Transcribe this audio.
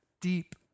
deep